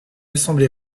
assemblée